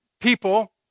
people